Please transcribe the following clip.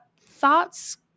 thoughts